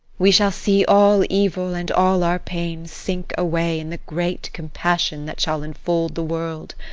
we shall see all evil and all our pain sink away in the great compassion that shall enfold the world.